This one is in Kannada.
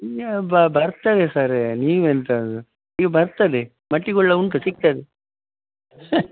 ಬರ್ತದೆ ಸರ್ ನೀವು ಎಂಥದು ಈಗ ಬರ್ತದೆ ಮಟ್ಟಿ ಗುಳ್ಳ ಉಂಟು ಸಿಗ್ತದೆ